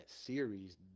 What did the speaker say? series